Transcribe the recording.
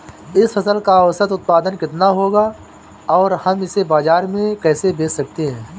इस फसल का औसत उत्पादन कितना होगा और हम इसे बाजार में कैसे बेच सकते हैं?